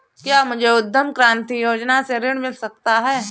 क्या मुझे उद्यम क्रांति योजना से ऋण मिल सकता है?